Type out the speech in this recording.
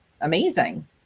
amazing